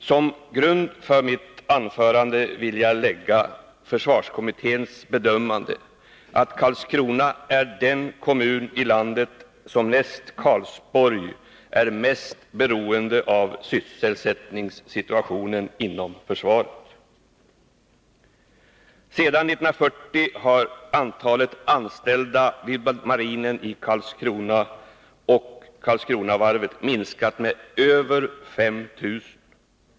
Som grund för mitt anförande vill jag lägga försvarskommitténs bedömande, att Karlskrona är den kommun i landet som näst Karlsborg är mest beroende av sysselsättningssituationen inom försvaret. Sedan 1940 har antalet anställda vid marinen i Karlskrona och Karlskronavarvet minskat med över 5 000.